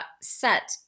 set